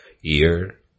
year